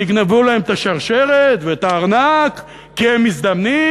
תגנבו להם את השרשרת ואת הארנק כי הם מזדמנים?